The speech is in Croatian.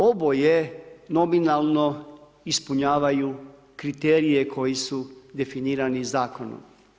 Oboje nominalno ispunjavaju kriterije koji su definirani zakonom.